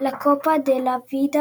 La Copa De La Vida,